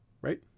Right